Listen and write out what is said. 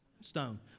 Stone